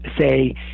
say